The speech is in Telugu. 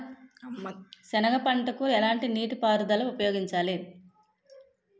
సెనగ పంటకు ఎలాంటి నీటిపారుదల ఉపయోగించాలి?